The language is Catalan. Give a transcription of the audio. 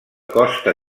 costa